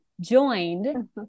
joined